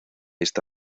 esta